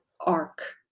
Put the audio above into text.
arc